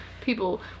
people